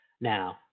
now